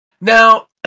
Now